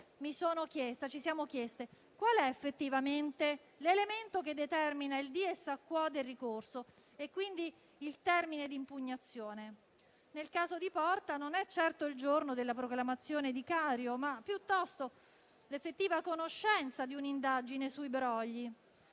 ci siamo chiesti quale sia effettivamente l'elemento che determina il *dies a quo* del ricorso e, quindi, il termine di impugnazione. Nel caso di Porta non è certo il giorno della proclamazione di Cario, bensì l'effettiva conoscenza di un'indagine sui brogli.